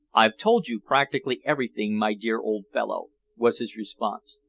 i've told you practically everything, my dear old fellow, was his response.